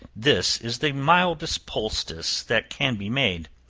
this is the mildest poultice that can be made.